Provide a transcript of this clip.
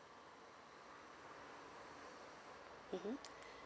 mmhmm